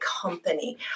company